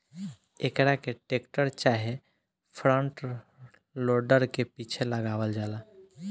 एकरा के टेक्टर चाहे फ्रंट लोडर के पीछे लगावल जाला